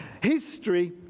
History